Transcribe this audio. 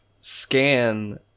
scan